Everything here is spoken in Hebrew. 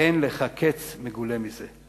אין לך קץ מגולה מזה.